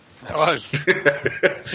Hello